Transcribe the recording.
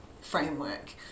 framework